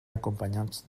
acompanyats